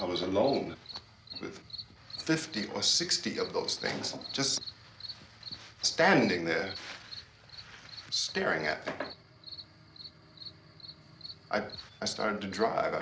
i was alone with fifty or sixty of those things just standing there staring at i started to drive